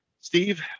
steve